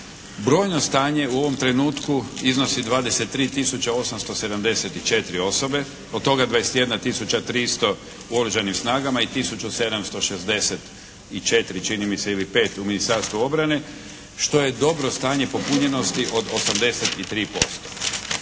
Brojno stanje u ovom trenutku iznosi 23 tisuće 874 osobe, od toga 21 tisuća 300 u oružanim snagama i tisuću 764 čini mi se ili 5 u Ministarstvu obrane što je dobro stanje popunjenosti od 83%.